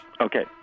Okay